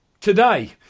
today